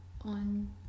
on